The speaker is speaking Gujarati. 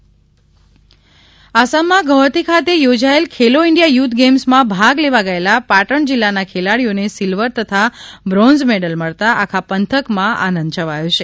પાટણના ખેલાડી ને મેડલ આસામમાં ગોહતી ખાતે યોજાયેલ ખેલો ઇન્ડિયા યુથ ગેમ્સ માં ભાગ લેવા ગયેલા પાટણ જિલ્લાના ખેલાડીઓને સિલ્વર તથા બ્રોન્ઝ મેડલ મળતા આખા પંથક માં આનંદ છવાયો છે